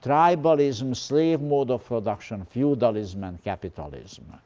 tribalism, slave mode of production, feudalism and capitalism.